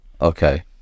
okay